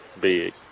big